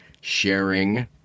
sharing